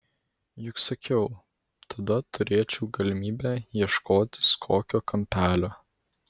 juk sakiau tada turėčiau galimybę ieškotis kokio kampelio